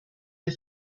der